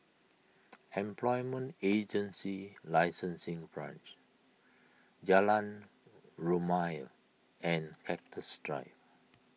Employment Agency Licensing Branch Jalan Rumia and Cactus Drive